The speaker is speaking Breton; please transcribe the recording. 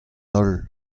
holl